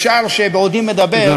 אפשר שבעודי מדבר,